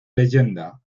leyenda